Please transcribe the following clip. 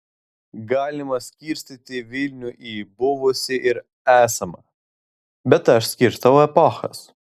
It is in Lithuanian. galima skirstyti vilnių į buvusį ir esamą bet aš skirstau epochas